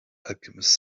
alchemist